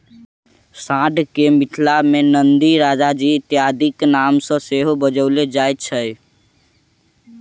साँढ़ के मिथिला मे नंदी, राजाजी इत्यादिक नाम सॅ सेहो बजाओल जाइत छै